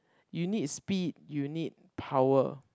you need speed you need power